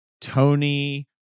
Tony